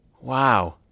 Wow